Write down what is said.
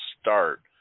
start